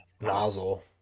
nozzle